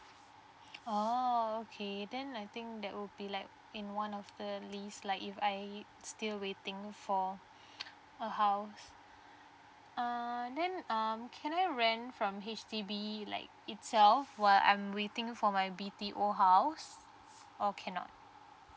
oh okay then I think that will be like in one of the list like if I still waiting for a house err then um can I rent from H_D_B like itself while I'm waiting for my B_T_O house or cannot